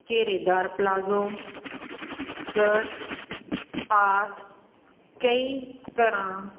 ਘੇਰੇਦਾਰ palazzo skirt ਆਦਿ ਕਈ ਤਰ੍ਹਾਂ